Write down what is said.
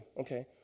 okay